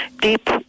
deep